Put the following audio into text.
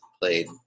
played